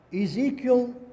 Ezekiel